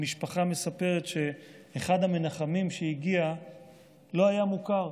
המשפחה מספרת שאחד המנחמים שהגיע לא היה מוכר,